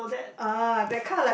ah that kind like